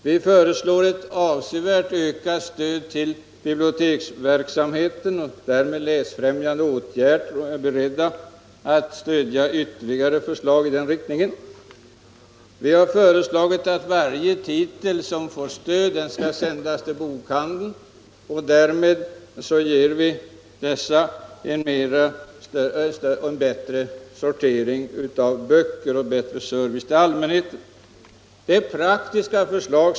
Vi föreslår ett avsevärt ökat stöd till biblioteksverksamheten och därmed läsfrämjande åtgärder och är beredda att stödja ytterligare förslag i den riktningen. Vi har föreslagit att varje titel som får stöd skall sändas till bokhandeln. Därmed ger vi denna en bättre sortering och en bättre service till allmänheten. Detta är praktiska förslag.